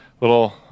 little